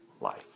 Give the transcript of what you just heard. life